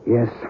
Yes